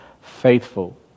faithful